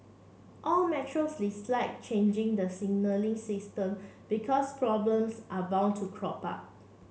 all metros dislike changing the signalling system because problems are bound to crop up